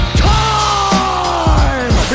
time